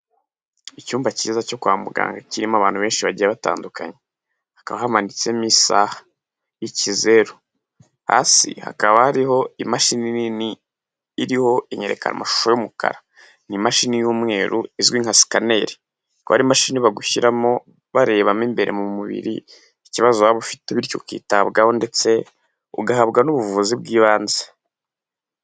Icyumba cyiza cyo kwa muganga kirimo abantu benshi bagiye batandukanye, hakaba hamanitsemo isaha y'ikizeru, hasi hakaba hariho imashini nini iriho inyerekanamashusho y'umukara, ni imashini y'umweru izwi nka sikaneri, ikaba ari imashini bagushyiramo barebamo imbere mu mubiri ikibazo waba ufite bityo ukitabwaho ndetse ugahabwa n'ubuvuzi bw'ibanze.